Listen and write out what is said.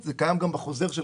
זה הרעיון.